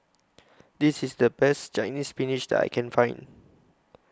This IS The Best Chinese Spinach that I Can Find